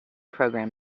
program